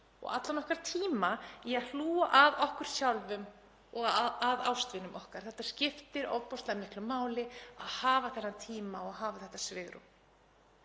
og allan okkar tíma í að hlúa að okkur sjálfum og að ástvinum okkar. Það skiptir ofboðslega miklu máli að hafa þennan tíma og hafa þetta svigrúm.